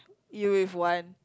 you with one